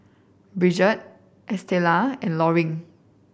Brigitte Estella and Loring